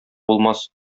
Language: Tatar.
булмас